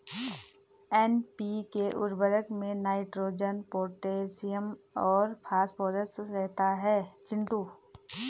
NPK उर्वरक में nitrogen potassium और फास्फोरस रहता है चिंटू